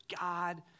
God